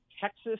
Texas